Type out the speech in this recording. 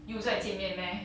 又再见面 meh